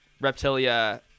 Reptilia